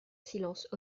silence